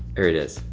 here it is,